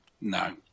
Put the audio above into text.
No